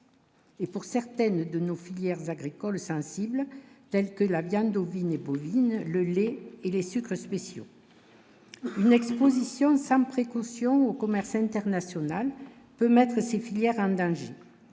Et pour certaines de nos filières s'agricoles sensibles tels que la viande ovine et Pauline, le lait et les sucres spéciaux. Une Exposition Sam précaution au commerce international peut mettre ces filières, cela